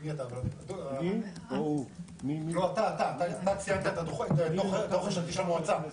מי אתה, אתה ציינת את הדו"ח השנתי של המועצה